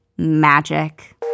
magic